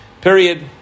Period